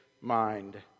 mind